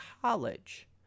college